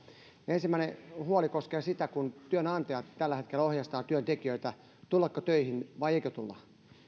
ensimmäinen huoli koskee sitä kun työnantajat tällä hetkellä ohjeistavat työntekijöitä tullako töihin vai